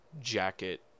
jacket